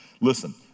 Listen